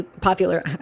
popular